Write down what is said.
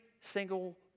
single